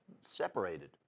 separated